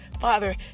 Father